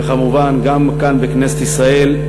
וכמובן גם כאן, בכנסת ישראל,